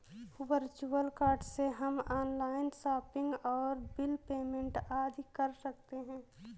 virtual card से हम online shopping और बिल पेमेंट आदि कर सकते है